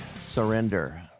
Surrender